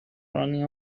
running